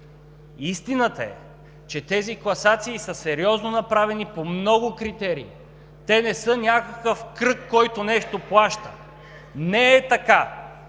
Истината е, че тези класации са сериозно направени по много критерии. Те не са някакъв кръг, който нещо плаща. Не е така.